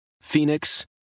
Phoenix